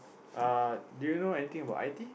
uh do you know anything about I_T